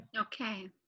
okay